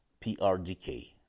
prdk